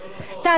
תעזוב, תעזוב.